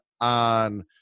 on